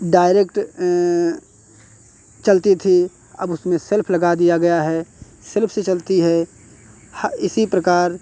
direct चलती थी अब उसमें सेल्फ़ लगा दिया गया है सेल्फ़ से चलती है इसी प्रकार